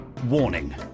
Warning